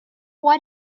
what